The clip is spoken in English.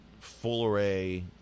full-array